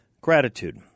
Gratitude